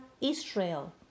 Israel